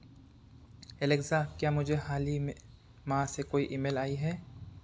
Alexa क्या मुझे हाल ही में माँ से कोई ई मेल आई है